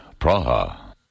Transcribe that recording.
Praha